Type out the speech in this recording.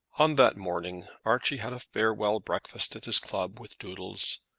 on that morning archie had a farewell breakfast at his club with doodles,